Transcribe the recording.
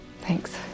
Thanks